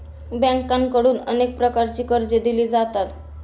बँकांकडून अनेक प्रकारची कर्जे दिली जातात